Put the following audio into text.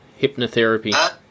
hypnotherapy